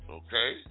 okay